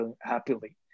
happily